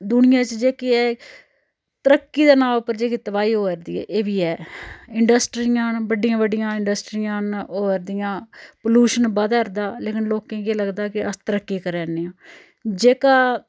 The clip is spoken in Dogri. दुनियां च जेह्की ऐ तरक्की दा नांऽ उप्पर जेह्की तबाही होऐ दी एह् बी ऐ इंडस्ट्रियां न बड्डियां बड्डियां इंडस्ट्रियां न होऐ दियां पल्युशन बधा'रदा लेकिन लोकें गी इ'यै लगदा कि अस तरक्की करां ने आं जेह्का